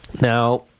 Now